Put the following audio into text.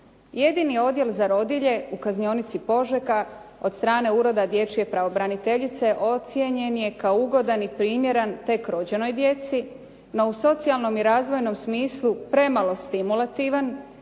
Jedini odjel za rodilje u Kaznionici Požega od strane Ureda dječje pravobraniteljice ocijenjen je kao ugodan i primjeran tek rođenoj djeci, no u socijalnom i razvojnom smislu premalo stimulativan